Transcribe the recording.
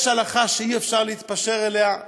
יש הלכה שאי-אפשר להתפשר עליה.